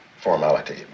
formality